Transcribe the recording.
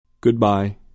Goodbye